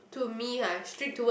to me [huh] strict toward